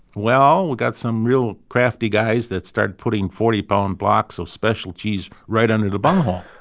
well, we got some real crafty guys that started putting forty pound blocks of special cheese right under the bunghole.